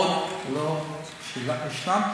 עוד לא השלמתי,